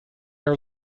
are